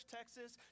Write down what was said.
Texas